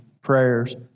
prayers